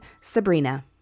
Sabrina